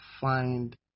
find